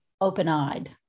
open-eyed